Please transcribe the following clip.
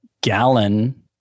Gallon